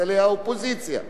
אז זה לא משנה מי.